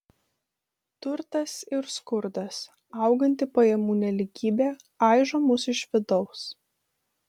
turtas ir skurdas auganti pajamų nelygybė aižo mus iš vidaus